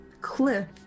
cliff